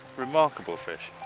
remarkable fish.